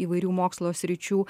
įvairių mokslo sričių